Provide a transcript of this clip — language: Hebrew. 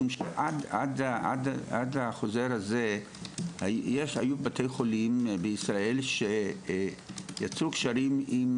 משום שעד החוזר הזה היו בתי חולים בישראל שיצרו קשרים עם